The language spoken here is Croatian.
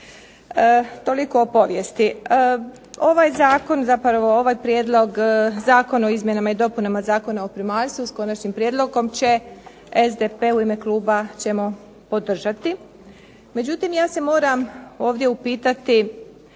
Toliko o povijesti. Ovaj Zakon zapravo, ovaj Prijedlog zakona o izmjenama i dopunama Zakona o primaljstvu sa konačnim prijedlogom će SDP u ime kluba ćemo podržati. Međutim ja se moram ovdje upitati